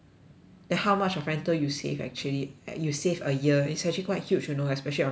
then how much of rental you save actually you save a year is actually quite huge you know especially our rentals